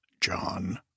John